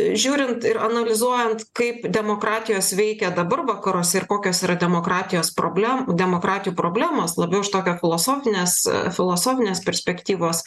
žiūrint ir analizuojant kaip demokratijos veikia dabar vakaruose ir kokios yra demokratijos problem demokratijų problemos labiau iš tokio filosofines filosofinės perspektyvos